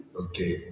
Okay